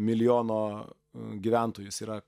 milijono gyventojus yra